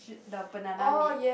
the banana meat